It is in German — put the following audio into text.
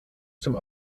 zum